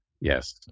Yes